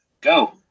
Go